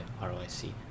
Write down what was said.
ROIC